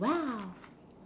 !wow!